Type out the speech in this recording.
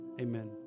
Amen